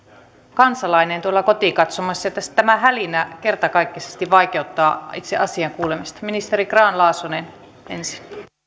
kansalainen tuolla kotikatsomoissa ja tämä hälinä kertakaikkisesti vaikeuttaa itse asian kuulemista ministeri grahn laasonen ensin